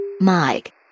Mike